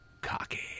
Cocky